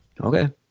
Okay